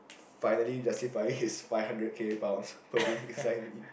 finally justifying his five hundred K pounds per week signing